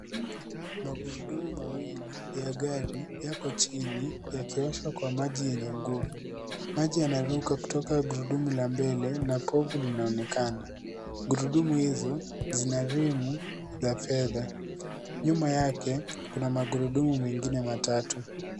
Magurudumu mawili ya gari yako chini yakioshwa kwa maji yenye nguvu, maji yanaruka kutoka gurudumu la mbele na povu linaonekana, gurudumu hizo zina rimu za fedha, nyuma yake kuna magurudumu mengine matatu.